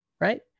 right